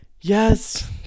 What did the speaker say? yes